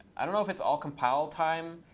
i don't know if it's all compile time.